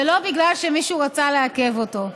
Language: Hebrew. זה לא בגלל שמישהו רצה לעכב אותו,